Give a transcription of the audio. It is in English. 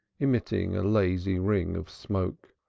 emitting a lazy ring of smoke.